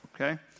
okay